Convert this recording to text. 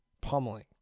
Pummeling